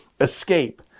escape